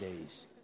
days